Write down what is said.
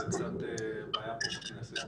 זה קצת פה בעיה בכנסת.